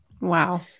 Wow